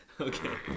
Okay